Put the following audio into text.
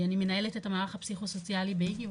אני מנהלת את המערך הפסיכו סוציאלי באיגי,